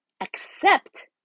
accept